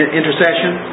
intercession